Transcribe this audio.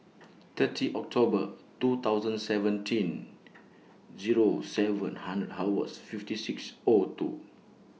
thirty October two thousand seventeen Zero seven hours fifty six O two